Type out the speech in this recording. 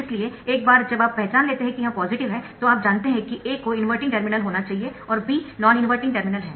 इसलिए एक बार जब आप पहचान लेते है कि यह पॉजिटिव है तो आप जानते है कि A को इनवर्टिंग टर्मिनल होना चाहिए और B नॉन इनवर्टिंग टर्मिनल है